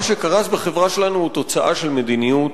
מה שקרס בחברה שלנו הוא תוצאה של מדיניות,